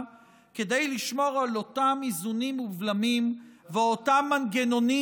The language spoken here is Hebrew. כדי לשמור על אותם איזונים ובלמים ואותם מנגנונים